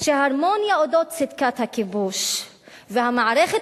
שהרמוניה על אודות צדקת הכיבוש והמערכת